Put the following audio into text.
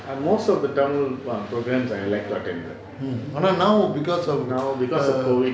now because of err